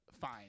fine